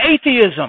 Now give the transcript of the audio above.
atheism